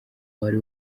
wari